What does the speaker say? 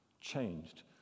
changed